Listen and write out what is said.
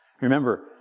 Remember